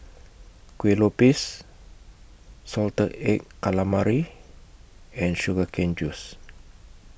Kueh Lupis Salted Egg Calamari and Sugar Cane Juice